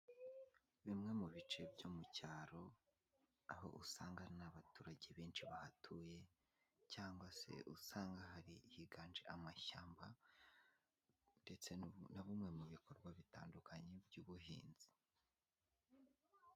Bimwe mu bice byo mu cyaro, aho usanga nta abaturage benshi bahatuye cyangwa se usanga hari higanje amashyamba ndetse na bimwe mu bikorwa bitandukanye by'ubuhinzi.